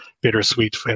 bittersweet